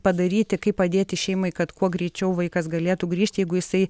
padaryti kaip padėti šeimai kad kuo greičiau vaikas galėtų grįžti jeigu jisai